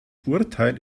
urteil